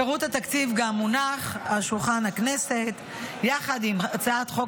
פירוט התקציב גם מונח על שולחן הכנסת יחד עם הצעת חוק